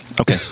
okay